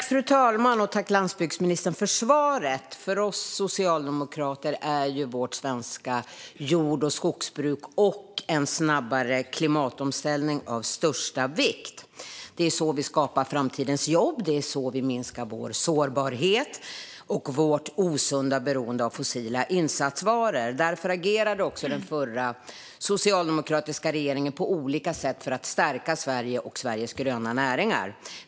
Fru talman! Tack, landsbygdsministern, för svaret! För oss socialdemokrater är vårt svenska jord och skogsbruk och en snabbare klimatomställning av största vikt. Det är så vi skapar framtidens jobb, och det är så vi minskar vår sårbarhet och vårt osunda beroende av fossila insatsvaror. Därför agerade den förra socialdemokratiska regeringen på olika sätt för att stärka Sverige och Sveriges gröna näringar.